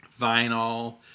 vinyl